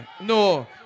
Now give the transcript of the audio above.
No